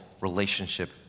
relationship